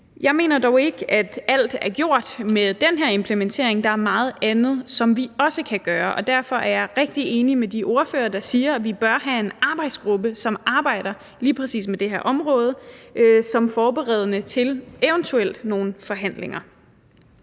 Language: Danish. Jeg mener dog ikke, at alt er gjort med den her implementering. Der er meget andet, som vi også kan gøre, og derfor er jeg meget enig med de ordførere, der siger, at vi bør have en arbejdsgruppe, som arbejder lige præcis med det her område som noget forberedende til nogle eventuelle forhandlinger.